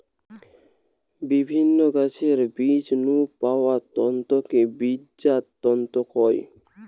বিভিন্ন গাছের বীজ নু পাওয়া তন্তুকে বীজজাত তন্তু কয়